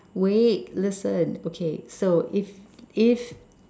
wait listen okay so if is